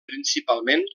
principalment